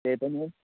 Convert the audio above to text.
त्यो पनि हो